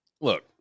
Look